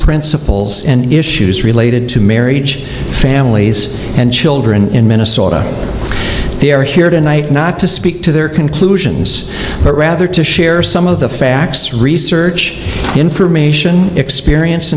principles and issues related to marry each families and children in minnesota they are here tonight not to speak to their conclusions but rather to share some of the facts research information experience